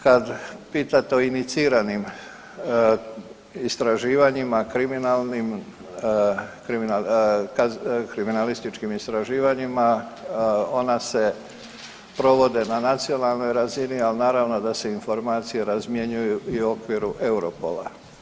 Kad pitate o iniciranim istraživanjima kriminalnim, kriminalističkim istraživanjima ona se provode na nacionalnoj razini, al naravno da se informacije razmjenjuju i u okviru Europola.